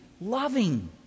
loving